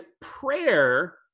prayer